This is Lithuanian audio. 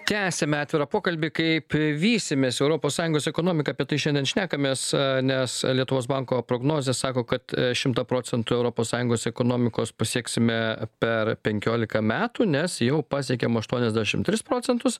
tęsiame atvirą pokalbį kaip vysimės europos sąjungos ekonomiką apie tai šiandien šnekamės nes lietuvos banko prognozės sako kad šimtą procentų europos sąjungos ekonomikos pasieksime per penkiolika metų nes jau pasiekėm aštuoniasdešimt tris procentus